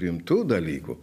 rimtų dalykų